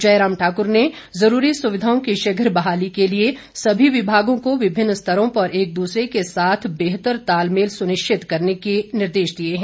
जयराम ठाकुर ने जरूरी सुविधाओं की शीघ्र बहाली के लिए सभी विभागों को विभिन्न स्तरों पर एक दूसरे के साथ बेहतर तालमेल सुनिश्चित करने के निर्देश दिए हैं